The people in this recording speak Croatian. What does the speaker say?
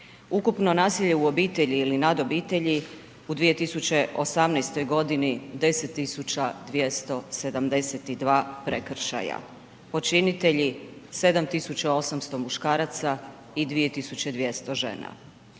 Ukupno nasilje u obitelji ili nad obitelji, u 2018. g. 10 tisuća 272 prekršaja. Počinitelji 7800 muškaraca i 2200 žena.